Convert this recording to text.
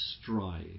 strive